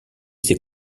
ses